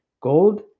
gold